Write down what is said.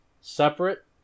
separate